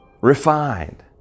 refined